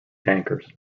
tankers